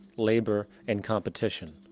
labor and competition.